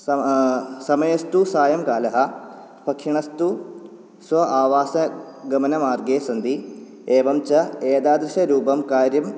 सम समयस्तु सायङ्कालः पक्षिणस्तु स्व आवासगमनमार्गे सन्ति एवं च एदादृशरूपं कार्यं